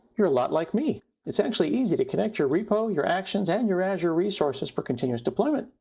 you're a lot like me. it's actually easy to connect your repo, your actions, and your azure resources for continuous deployment.